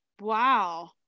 wow